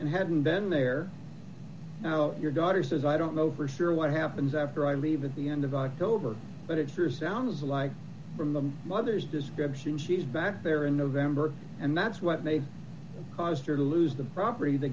and hadn't been there your daughter says i don't know for sure what happens after i leave at the end of october but it sure sounds like from the mother's description she's back there in november and that's what they caused her to lose the property the